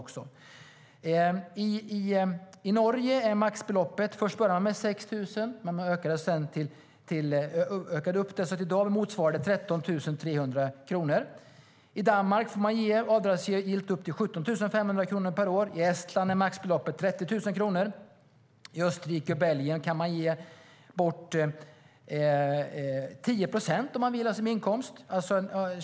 I Norge började man med 6 000 kronor men ökade det. I dag motsvarar det 13 300 kronor.I Danmark får man avdragsgillt ge upp till 17 500 kronor per år. I Estland är maxbeloppet 30 000 kronor. I Österrike och Belgien kan man om man vill ge bort 10 procent av sin inkomst.